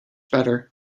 better